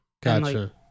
Gotcha